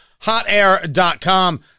hotair.com